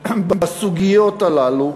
בסוגיות הללו,